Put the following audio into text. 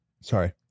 sorry